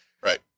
Right